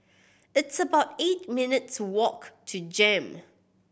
it's about eight minutes' walk to JEM